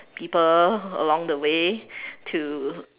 people along the way to